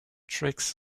tricks